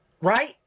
right